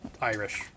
irish